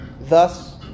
Thus